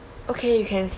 okay you can